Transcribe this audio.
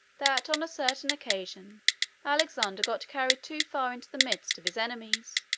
that on a certain occasion alexander got carried too far into the midst of his enemies,